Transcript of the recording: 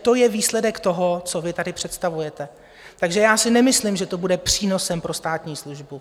To je výsledek toho, co vy tady představujete, takže já si nemyslím, že to bude přínosem pro státní službu.